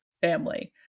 family